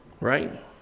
Right